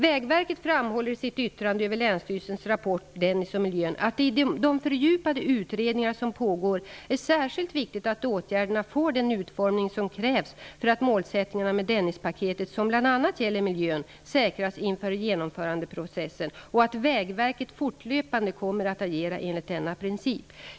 Vägverket framhåller i sitt yttrande över länsstyrelsens rapport ''Dennis och miljön'' att det i de fördjupade utredningar som pågår är särskilt viktigt att åtgärderna får den utformning som krävs för att målsättningarna med Dennispaketet, som bl.a. gäller miljön, säkras inför genomförandeprocessen och att Vägverket fortlöpande kommer att agera enligt denna princip.